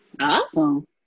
Awesome